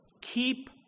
keep